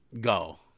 Go